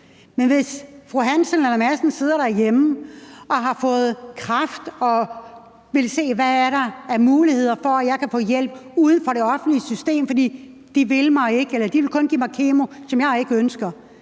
Men hvis fru Hansen eller fru Madsen sidder derhjemme og har fået kræft og vil se, hvad der er af muligheder for, at de kan få hjælp uden for det offentlige system, fordi man kun vil give dem kemo, som de ikke ønsker,